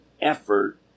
effort